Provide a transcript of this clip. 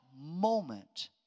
moment